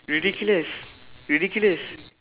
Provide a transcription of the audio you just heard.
ridiculous ridiculous